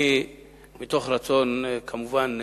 אני, מרצון, כמובן,